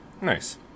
Nice